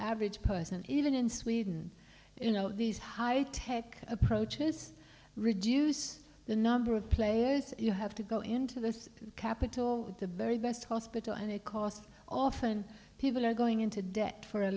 average person even in sweden you know these high tech approaches reduce the number of players you have to go into this capital the very best hospital and it cost often people are going into debt for a